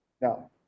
Now